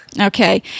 Okay